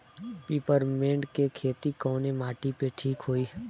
Peppermint के खेती कवने माटी पे ठीक होई?